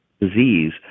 disease